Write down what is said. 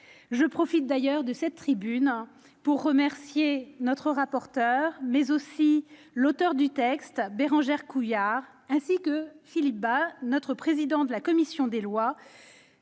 Je profite d'ailleurs de cette tribune pour remercier, outre notre rapporteur, l'auteure du texte, Bérangère Couillard, ainsi que Philippe Bas, président de la commission des lois,